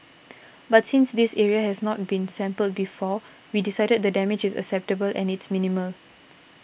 but since this area has not been sampled before we decided the damage is acceptable and it's minimal